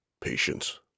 Patience